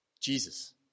Jesus